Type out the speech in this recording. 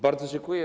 Bardzo dziękuję.